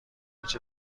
پیچ